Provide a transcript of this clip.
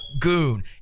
goon